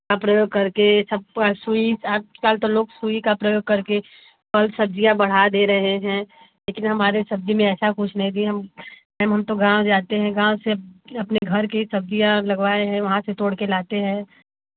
का प्रयोग करके सब पर सुई आज कल तो लोग सुई का प्रयोग करके फल सब्ज़ियाँ बढ़ा दे रहे हैं लेकिन हमारे सब्ज़ी में ऐसा कुछ नहीं दी हम मैम हम तो गाँव जाते हैं गाँव से अपने घर की सब्ज़ियाँ लगवाए हैं वहाँ से तोड़कर लाते हैं